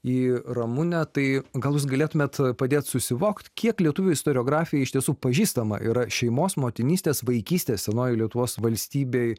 į ramunę tai gal jūs galėtumėte padėti susivokti kiek lietuvių istoriografija iš tiesų pažįstama yra šeimos motinystės vaikystės senoji lietuvos valstybei